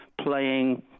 playing